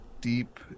deep